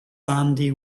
sandy